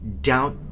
doubt